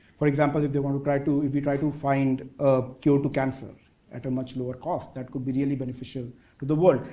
for example, if they want to try to, if you try to find a cure to cancer at a much lower cost, that could be really beneficial to the world.